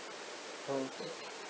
oh